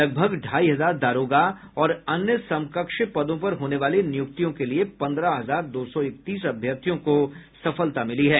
लगभग ढ़ाई हजार दारोगा और अन्य समकक्ष पदों पर होने वाली नियुक्तियों के लिए पन्द्रह हजार दो सौ इकतीस अभ्यर्थियों को सफलता मिली है